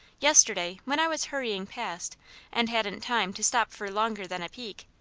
yesterday, when i was hurrying past and hadn't time to stop for longer than a peek,